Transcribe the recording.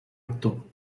actor